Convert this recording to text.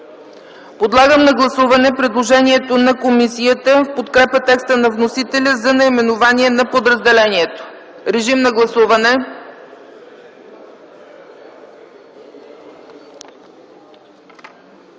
Подлагам на гласуване предложението на комисията в подкрепа текста на вносителя за наименование на подразделението. Режим на гласуване.